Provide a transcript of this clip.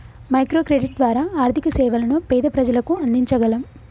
micro credit ద్వారా ఆర్థిక సేవలను పేద ప్రజలకు అందించగలం